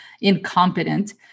incompetent